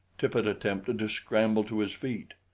tippet attempted to scramble to his feet.